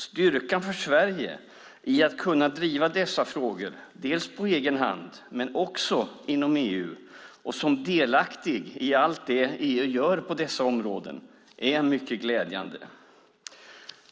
Styrkan för Sverige i att kunna driva dessa frågor på egen hand men också inom EU och som delaktig i allt det EU gör på dessa områden är mycket glädjande.